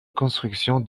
construction